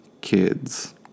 kids